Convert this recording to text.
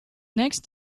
next